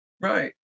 Right